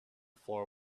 floor